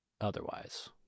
otherwise